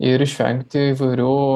ir išvengti įvairių